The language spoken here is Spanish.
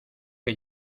que